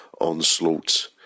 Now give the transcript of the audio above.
onslaught